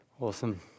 Awesome